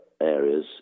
areas